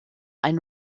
ein